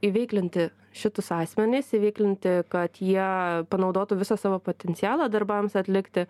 įveiklinti šitus asmenis įveiklinti kad jie panaudotų visą savo potencialą darbams atlikti